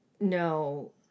no